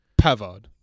Pavard